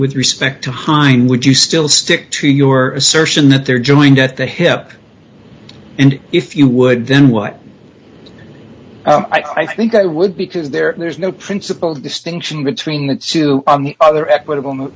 with respect to find would you still stick to your assertion that they're joined at the hip and if you would then well i think i would because there is no principled distinction between the two on the other equitable